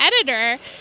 editor